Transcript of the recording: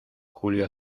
julio